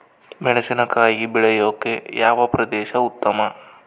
ಮೆಣಸಿನಕಾಯಿ ಬೆಳೆಯೊಕೆ ಯಾವ ಪ್ರದೇಶ ಉತ್ತಮ?